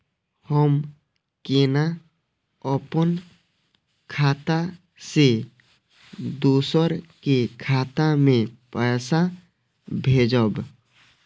हम केना अपन खाता से दोसर के खाता में पैसा भेजब?